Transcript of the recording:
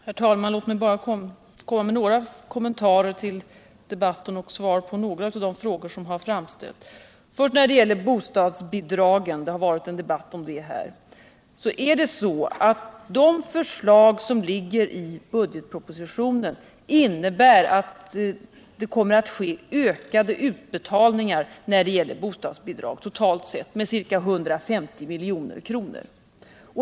Herr talman! Låt mig bara få göra några kommentarer till debatten och svara på en del av de frågor som har ställts. Beträffande bostadsbidragen kommer det enligt de förslag som ligger i budgetpropositionen att totalt ske ökade utbetalningar med ca 150 milj.kr.